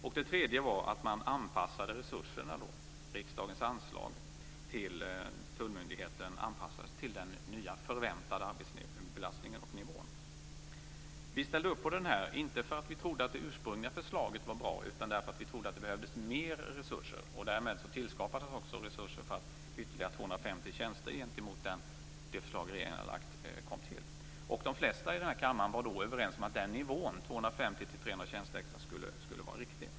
För det tredje anpassade man resurserna, riksdagens anslag till tullmyndigheten, till den nya förväntade arbetsbelastningen och nivån. Vi ställde upp på det här, inte därför att vi trodde att det ursprungliga förslaget var bra utan därför att vi trodde att det behövdes mer resurser. Därmed tillskapades också resurser så att ytterligare 250 tjänster kom till utöver det förslag regeringen hade lagt fram. De flesta i den här kammaren var då överens om att den nivån, 250-300 tjänster extra, var riktig.